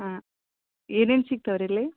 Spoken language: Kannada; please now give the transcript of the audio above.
ಹಾಂ ಏನೇನು ಸಿಗ್ತಾವೆ ರೀ ಇಲ್ಲಿ